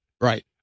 Right